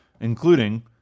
including